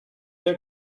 der